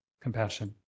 compassion